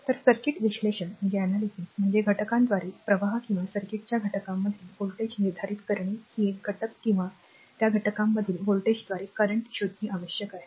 तर सर्किट विश्लेषण म्हणजे घटकांद्वारे प्रवाह किंवा सर्किटच्या घटकांमधील व्होल्टेज निर्धारित करणे ही एक घटक किंवा त्या घटकांमधील व्होल्टेजद्वारे करंट शोधणे आवश्यक आहे